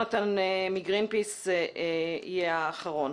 כך יהונתן מגרינפיס שיהיה הדובר האחרון.